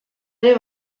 ere